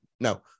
No